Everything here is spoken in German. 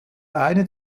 eine